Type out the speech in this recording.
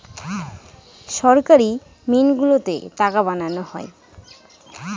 সরকারি মিন্ট গুলোতে টাকা বানানো হয়